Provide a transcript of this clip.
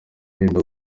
wenda